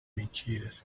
mentiras